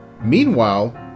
Meanwhile